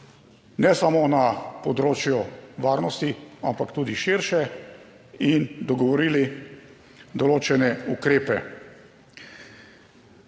ne samo na področju varnosti, ampak tudi širše in dogovorili določene ukrepe.